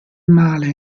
male